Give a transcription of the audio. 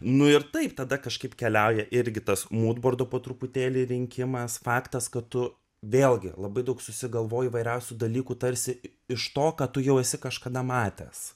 nu ir taip tada kažkaip keliauja irgi tas mūdbordo po truputėlį rinkimas faktas kad tu vėlgi labai daug susigalvoji įvairiausių dalykų tarsi iš to ką tu jau esi kažkada matęs